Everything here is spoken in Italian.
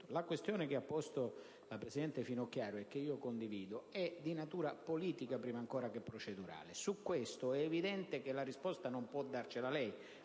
La questione che ha posto la presidente Finocchiaro, che condivido, è di natura politica, prima ancora che procedurale. Su questo è evidente che la risposta non può darla lei,